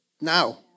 now